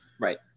right